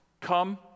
Come